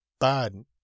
Biden